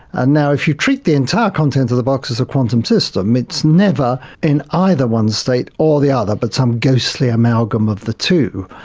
and now if you treat the entire contents of the box as a quantum system, it's never in either one state or the other but some ghostly amalgam of the two.